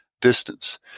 distance